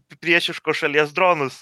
priešiškos šalies dronus